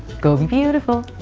go be beautiful!